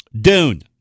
Dune